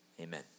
Amen